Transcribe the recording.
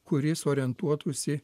kuris orientuotųsi